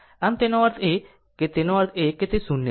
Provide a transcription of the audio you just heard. આમ તેનો અર્થ એ કે તેનો અર્થ એ છે કે તે 0 છે